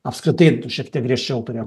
apskritai šiek tiek griežčiau turėtų